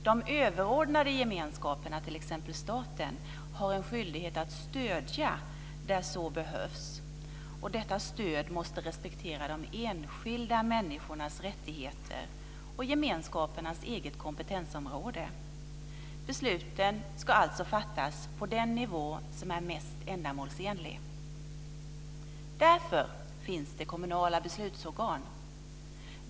De överordnade gemenskaperna, t.ex. staten, har en skyldighet att stödja där så behövs. Detta stöd måste respektera de enskilda människornas rättigheter och gemenskapernas eget kompetensområde. Besluten ska alltså fattas på den nivå som är mest ändamålsenlig. Därför finns det kommunala beslutsorgan.